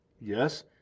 Yes